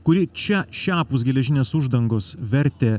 kuri čia šiapus geležinės uždangos vertė